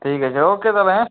ঠিক আছে ওকে তাহলে হ্যাঁ